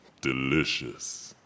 delicious